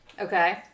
Okay